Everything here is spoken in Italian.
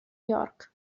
york